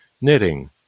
knitting